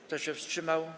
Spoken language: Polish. Kto się wstrzymał?